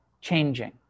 changing